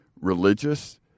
religious